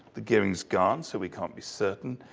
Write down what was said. the gearing's gone, so we can't be certain.